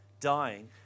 dying